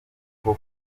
uko